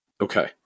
Okay